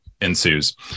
ensues